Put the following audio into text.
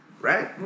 Right